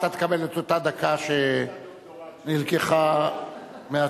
אתה תקבל את אותה דקה שנלקחה מהציבור.